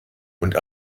und